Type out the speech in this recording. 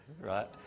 right